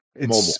Mobile